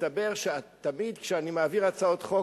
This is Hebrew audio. מסתבר שתמיד כשאני מעביר הצעות חוק,